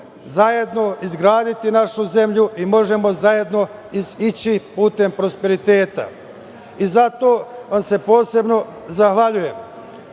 zajedno izgraditi našu zemlju i možemo zajedno ići putem prosperiteta i zato vam se posebno zahvaljujem. Mi